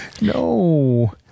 No